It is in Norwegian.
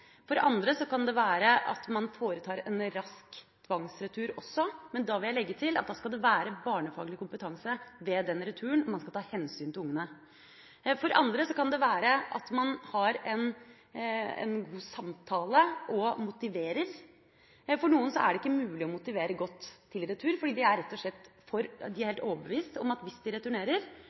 For andre kan det være at man foretar en rask tvangsretur, men jeg vil legge til at da skal det være barnefaglig kompetanse ved returen, og man skal ta hensyn til ungene. For andre igjen kan det være at man har en god samtale og motiverer. For noen er det ikke mulig å motivere godt til retur, for de er rett og slett overbevist om at hvis de returnerer,